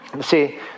See